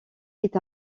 est